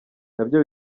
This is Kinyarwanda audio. nabyo